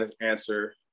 answer